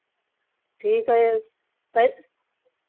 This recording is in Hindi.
ठीक है पै